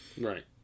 right